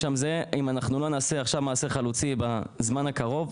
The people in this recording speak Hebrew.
אם לא נעשה מעשה חלוצי בזמן הקרוב,